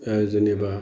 जेनेबा